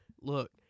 Look